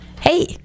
Hey